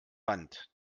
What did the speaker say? wand